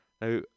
Now